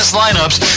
lineups